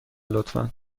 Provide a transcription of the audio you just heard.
لطفا